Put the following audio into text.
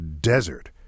desert